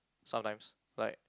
sometimes like